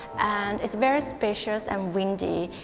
and it's very spacious and windy,